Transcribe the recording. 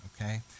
okay